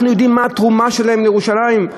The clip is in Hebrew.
אנחנו יודעים מה התרומה שלהם לירושלים,